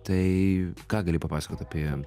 tai ką gali papasakot apie